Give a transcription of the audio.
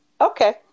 Okay